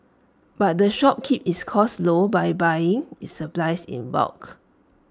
but the shop keep its costs low by buying its supplies in bulk